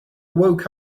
woke